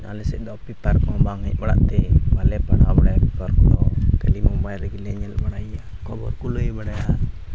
ᱟᱞᱮ ᱥᱮᱫ ᱫᱚ ᱯᱮᱯᱟᱨ ᱠᱚ ᱵᱟᱝ ᱦᱮᱡ ᱵᱟᱲᱟᱜ ᱛᱮ ᱵᱟᱞᱮ ᱯᱟᱲᱦᱟᱣ ᱫᱟᱲᱮᱭᱟᱜᱼᱟ ᱯᱮᱯᱟᱨ ᱠᱚ ᱠᱷᱟᱹᱞᱤ ᱢᱳᱵᱟᱭᱤᱞ ᱨᱮᱜᱮᱞᱮ ᱧᱮᱞ ᱵᱟᱲᱟᱭᱮᱭᱟ ᱠᱷᱚᱵᱚᱨ ᱠᱚ ᱞᱟᱹᱭ ᱵᱟᱲᱟᱭᱟ